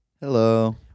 Hello